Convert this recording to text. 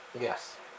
Yes